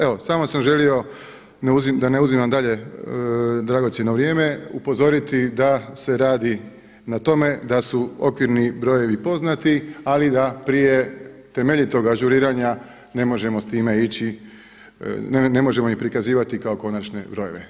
Evo samo sam želio da ne uzimam dalje dragocjeno vrijeme upozoriti da se radi na tome da su okvirni brojevi poznati ali da prije temeljitog ažuriranja ne možemo s time ići, ne možemo ih prikazivati kao konačne brojeve.